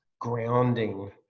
grounding